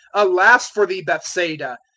alas for thee, bethsaida!